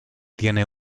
tiene